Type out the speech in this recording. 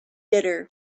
bitter